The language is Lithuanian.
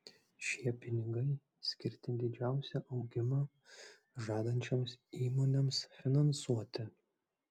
šie pinigai skirti didžiausią augimą žadančioms įmonėms finansuoti